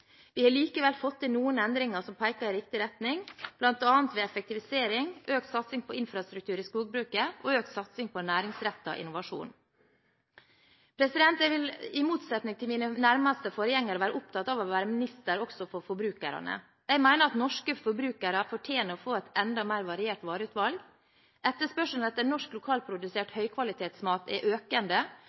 Vi har likevel fått til noen endringer som peker i riktig retning, bl.a. ved effektivisering, økt satsing på infrastruktur i skogbruket og økt satsing på næringsrettet innovasjon. Jeg vil, i motsetning til mine nærmeste forgjengere, være opptatt av å være en minister også for forbrukerne. Jeg mener at norske forbrukere fortjener å få et enda mer variert vareutvalg. Etterspørselen etter norsk, lokalprodusert høykvalitetsmat er økende,